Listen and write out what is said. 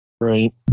Right